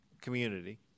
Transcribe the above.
community